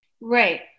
Right